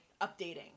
updating